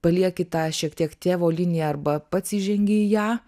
palieki tą šiek tiek tėvo liniją arba pats įžengi į ją